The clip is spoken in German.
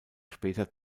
später